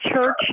church